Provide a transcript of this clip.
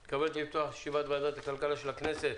אני מתכבד לפתוח את ישיבת ועדת הכלכלה של הכנסת.